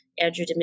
Andrew